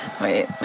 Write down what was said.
Wait